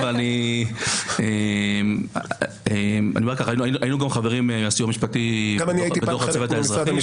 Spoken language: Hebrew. אבל בסיוע המשפטי היינו גם חברים בצוות האזרחי.